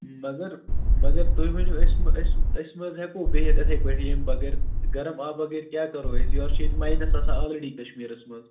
مگر مگر تُہۍ ؤنِو أسۍ مہٕ أسۍ مہٕ أسۍ مہٕ حظ ہٮ۪کو بِہِتھ یِتھٕے پٲٹھی ییٚمہِ بَغٲر گَرم آبہٕ بَغٲر کیٛاہ کَرو أسۍ یورٕ چھِ ییٚتہِ ماینَس آسان آلریڈی کشمیٖرس منٛز